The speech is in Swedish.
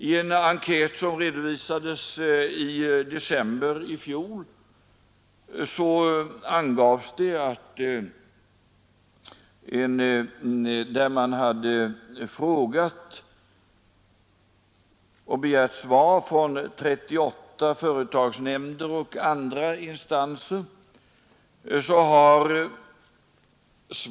I en enkät, som redovisades i december i fjol, hade man frågat och begärt svar från 38 företagsnämnder och andra instanser.